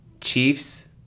Chiefs